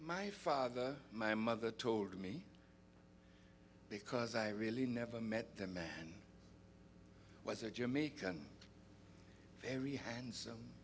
my father my mother told me because i really never met the man was a jamaican very handsome